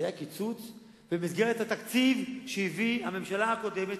היה קיצוץ במסגרת התקציב שהביאה הממשלה הקודמת,